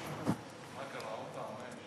תזרוק אותה.